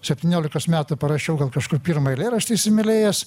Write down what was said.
septyniolikos metų parašiau gal kažkur pirmą eilėraštį įsimylėjęs